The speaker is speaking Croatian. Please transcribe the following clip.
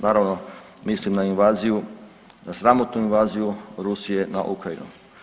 Naravno mislim na invaziju, na sramotnu invaziju Rusije na Ukrajinu.